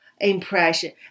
impression